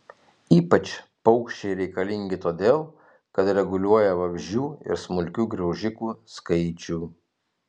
ypač paukščiai reikalingi todėl kad reguliuoja vabzdžių ir smulkių graužikų skaičių